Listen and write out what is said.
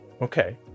Okay